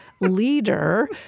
Leader